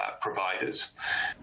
providers